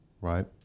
Right